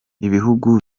ibihugu